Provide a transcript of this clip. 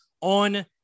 on